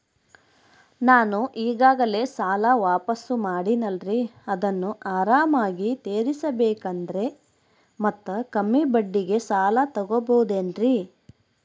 ನಾನು ಈಗಾಗಲೇ ಸಾಲ ವಾಪಾಸ್ಸು ಮಾಡಿನಲ್ರಿ ಅದನ್ನು ಆರಾಮಾಗಿ ತೇರಿಸಬೇಕಂದರೆ ಮತ್ತ ಕಮ್ಮಿ ಬಡ್ಡಿಗೆ ಸಾಲ ತಗೋಬಹುದೇನ್ರಿ?